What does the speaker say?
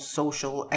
social